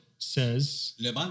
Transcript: says